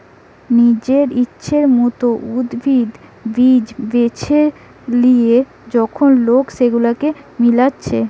নিজের ইচ্ছের মত উদ্ভিদ, বীজ বেছে লিয়ে যখন লোক সেগুলাকে মিলাচ্ছে